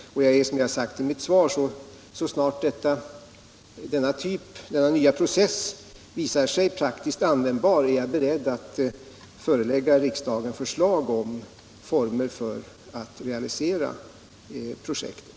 Så snart denna nya process visar sig praktiskt användbar är jag, som jag framhållit i svaret, beredd att förelägga riksdagen förslag om formerna för att realisera projektet.